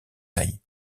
taille